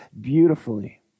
beautifully